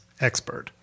expert